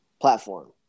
platform